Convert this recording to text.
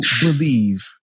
believe